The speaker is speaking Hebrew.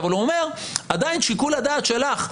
אבל הוא אומר: עדיין שיקול הדעת שלך,